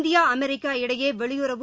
India America இடையே வெளியுறவு